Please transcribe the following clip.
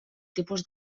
tipus